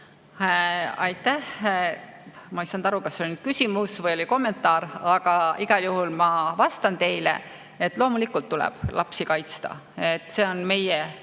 Aitäh! Ma ei saanud aru, kas see oli küsimus või kommentaar, aga igal juhul ma vastan teile, et loomulikult tuleb lapsi kaitsta. See on meie